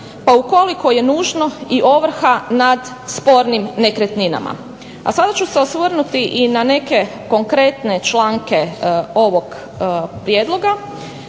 pa ukoliko je nužno i ovrha na spornim nekretninama. A sada ću se osvrnuti i na neke konkretne članke ovog prijedloga.